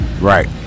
Right